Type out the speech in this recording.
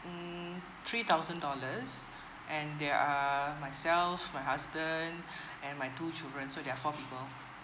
mm three thousand dollars and there are myself my husband and my two children so there are four people